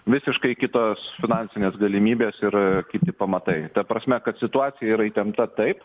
visiškai kitos finansinės galimybės ir kiti pamatai ta prasme kad situacija yra įtempta taip